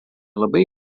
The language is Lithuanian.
labai